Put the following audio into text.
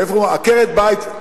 ומאיפה בעצם הביטוי עקרת-בית?